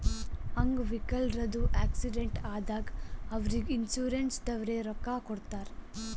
ಅಂಗ್ ವಿಕಲ್ರದು ಆಕ್ಸಿಡೆಂಟ್ ಆದಾಗ್ ಅವ್ರಿಗ್ ಇನ್ಸೂರೆನ್ಸದವ್ರೆ ರೊಕ್ಕಾ ಕೊಡ್ತಾರ್